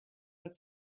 that